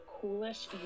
coolest